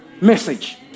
message